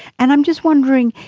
and i'm just wondering,